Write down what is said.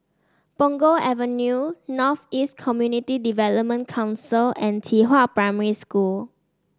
Punggol Avenue North East Community Development Council and Qihua Primary School